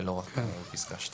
ולא רק בפסקה (2).